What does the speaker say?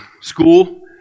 school